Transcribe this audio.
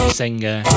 singer